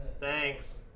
Thanks